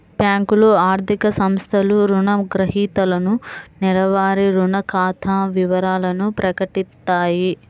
బ్యేంకులు, ఆర్థిక సంస్థలు రుణగ్రహీతలకు నెలవారీ రుణ ఖాతా వివరాలను ప్రకటిత్తాయి